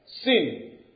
sin